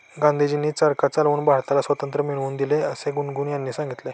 गांधीजींनी चरखा चालवून भारताला स्वातंत्र्य मिळवून दिले असे गुनगुन यांनी सांगितले